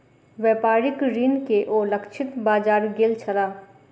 व्यापारिक ऋण के ओ लक्षित बाजार गेल छलाह